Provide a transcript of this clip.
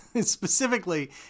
Specifically